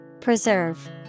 Preserve